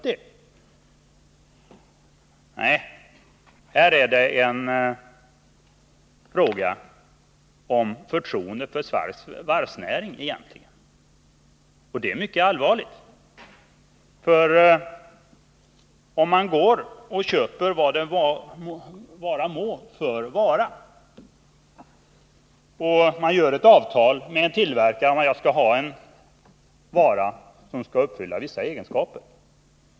Nej, det här är egentligen en fråga om förtroendet för Sveriges varvsnäring, och det är en mycket allvarlig fråga. Man kan jämföra denna situation med ett annat fall: Jag går för att köpa en vara, vilken som helst, och jag gör upp ett avtal med tillverkaren om att varan skall uppfylla vissa egenskaper.